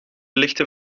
lichten